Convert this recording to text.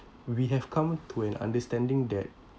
we have come to an understanding that